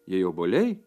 jei obuoliai